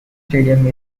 stadium